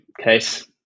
case